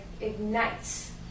ignites